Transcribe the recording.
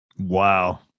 Wow